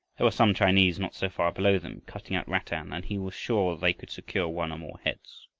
there were some chinese not so far below them, cutting out rattan, and he was sure they could secure one or more heads.